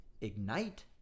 ignite